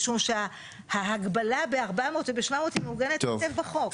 משום שההגבלה ב-400 וב-700 היא מוגנת היטב בחוק.